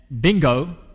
bingo